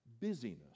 Busyness